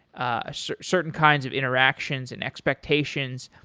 ah certain kinds of interactions and expectations.